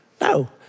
No